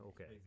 Okay